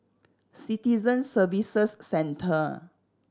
Citizen Services Centre